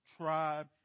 tribe